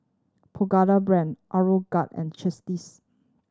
Pagoda Brand Aeroguard and